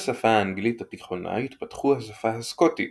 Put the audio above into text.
מן השפה האנגלית התיכונה התפתחו השפה הסקוטית